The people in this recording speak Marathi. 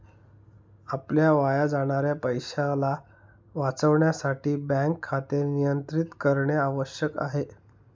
आपल्या वाया जाणाऱ्या पैशाला वाचविण्यासाठी बँक खाते नियंत्रित करणे आवश्यक आहे